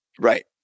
Right